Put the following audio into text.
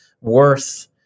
worth